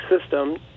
system